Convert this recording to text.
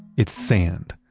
it's sand.